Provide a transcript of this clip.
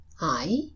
I